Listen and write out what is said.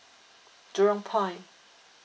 jurong point